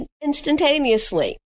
instantaneously